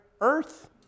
earth